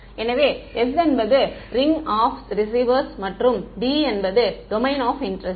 எனவே S என்பது ring of receivers மற்றும் D என்பது டொமைன் ஆப் இன்டெர்ஸ்ட்